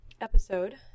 episode